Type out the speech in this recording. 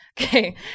Okay